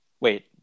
wait